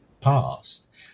past